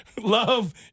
Love